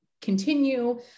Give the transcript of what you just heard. continue